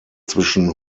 zwischen